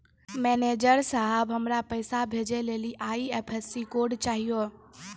manager साहब, हमरा पैसा भेजै लेली आई.एफ.एस.सी कोड चाहियो